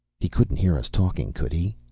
he couldn't hear us talking could he?